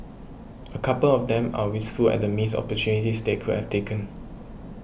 a couple of them are wistful at the missed opportunities they could have taken